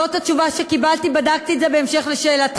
זאת התשובה שקיבלתי, בדקתי את זה בהמשך לשאלתך.